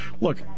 look